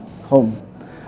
home